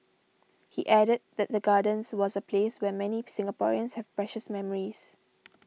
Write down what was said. he added that the Gardens was a place where many Singaporeans have precious memories